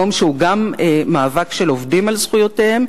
יום שהוא גם מאבק של עובדים על זכויותיהם